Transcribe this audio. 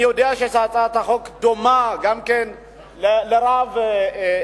אני יודע שיש הצעת חוק דומה גם לרב אמסלם,